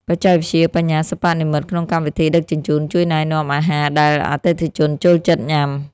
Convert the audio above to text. បច្ចេកវិទ្យាបញ្ញាសិប្បនិម្មិតក្នុងកម្មវិធីដឹកជញ្ជូន ជួយណែនាំអាហារដែលអតិថិជនចូលចិត្តញ៉ាំ។